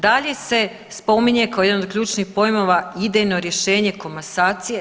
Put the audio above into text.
Dalje se spominje kao jedan od ključnih pojmova idejno rješenje komasacije.